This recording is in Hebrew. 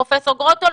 פרופ' גרוטו,